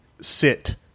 sit